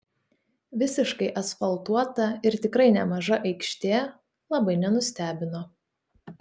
visiškai asfaltuota ir tikrai nemaža aikštė labai nenustebino